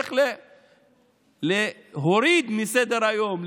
להוריד מסדר-היום,